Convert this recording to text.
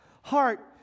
heart